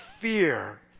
fear